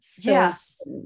yes